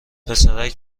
پسرک